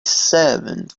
servant